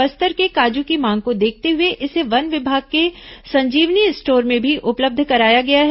बस्तर के काजू की मांग को देखते हुए इसे वन विभाग के संजीवनी स्टोर में भी उपलब्ध कराया गया है